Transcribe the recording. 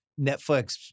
Netflix